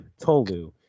Tolu